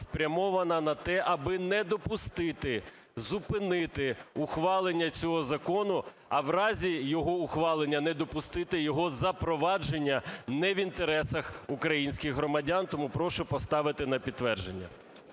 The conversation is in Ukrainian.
спрямована на те, аби не допустити, зупинити ухвалення цього закону, а в разі його ухвалення не допустити його запровадження не в інтересах українських громадян. Тому прошу поставити на підтвердження.